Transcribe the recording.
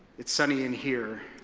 it's sunny in here,